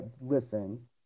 listen